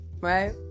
right